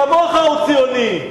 כמוך הוא ציוני.